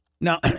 Now